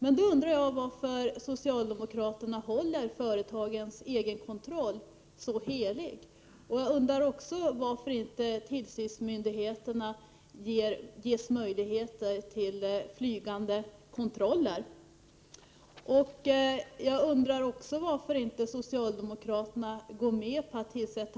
Jag undrar varför socialdemokraterna håller företagens egenkontroll så helig och varför tillsynsmyndigheterna inte ges möjlighet att utföra flygande kontroller.